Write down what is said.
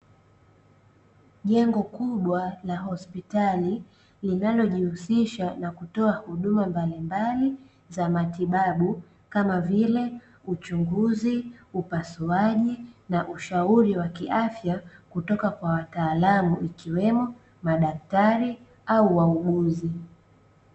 Jengo kubwa la hospitali linalojihusisha na kutoa huduma mbalimbali za matibabu kama vile uchunguzi, upasuaji, na ushauri wa kiafya kutoka kwa wataalamu ikiwemo madaktari au wauguzi.